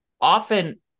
often